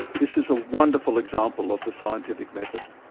this is wonderful example of the scientific method